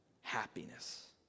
happiness